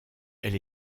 elle